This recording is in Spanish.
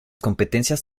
competencias